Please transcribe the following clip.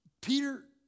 Peter